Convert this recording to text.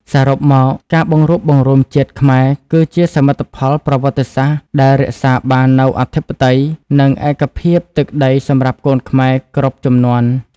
សរុបមក ការបង្រួបបង្រួមជាតិខ្មែរគឺជាសមិទ្ធផលប្រវត្តិសាស្ត្រដែលរក្សាបាននូវអធិបតេយ្យ និងឯកភាពទឹកដីសម្រាប់កូនខ្មែរគ្រប់ជំនាន់។